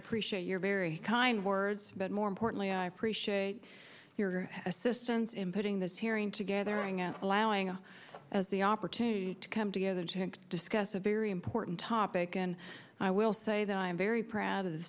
appreciate your very kind words but more importantly i appreciate your assistance in putting this hearing together and allowing us as the opportunity to come together to discuss a very important topic and i will say that i'm very proud of the